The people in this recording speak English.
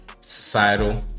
societal